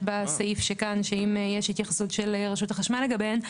בסעיף שכאן שאם יש התייחסות של רשות החשמל לגביהן,